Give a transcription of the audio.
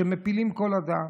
שמפילים כל אדם.